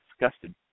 disgusted